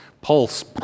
pulse